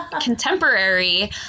contemporary